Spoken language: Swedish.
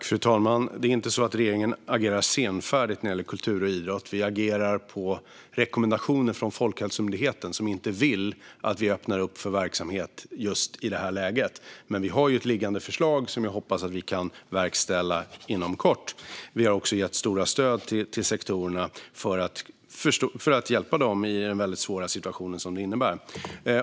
Fru talman! Det är inte så att regeringen agerar senfärdigt när det gäller kultur och idrott. Vi agerar på rekommendationer från Folkhälsomyndigheten, som inte vill att vi öppnar upp för verksamhet just i det här läget. Vi har ett liggande förslag som jag hoppas att vi kan verkställa inom kort. Vi har också gett stora stöd till sektorerna för att hjälpa dem i den svåra situation som det här innebär.